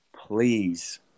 Please